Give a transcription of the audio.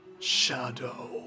Shadow